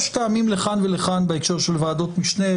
יש טעמים לכאן ולכאן בהקשר של ועדות משנה.